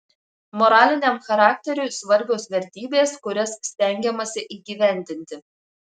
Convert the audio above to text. moraliniam charakteriui svarbios vertybės kurias stengiamasi įgyvendinti